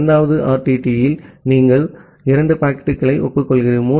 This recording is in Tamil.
2 வது ஆர்டிடியில் நீங்கள் 2 பாக்கெட்டுகளை ஒப்புக்கொள்கிறீர்கள்